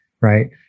right